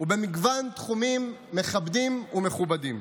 ובמגוון תחומים מכבדים ומכובדים.